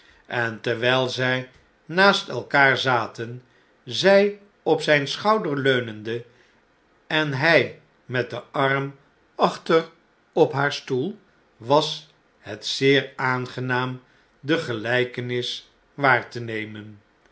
en terwyi zjj naast elkaar zaten zy op zn'n schouder leunende en hy met den arm achter op haar stoel was het zeer aangenaam de gelykenis waar te nemen